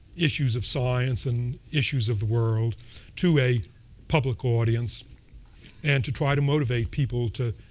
issues of science and issues of the world to a public audience and to try to motivate people to